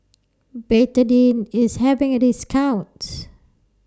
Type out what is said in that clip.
Betadine IS having A discount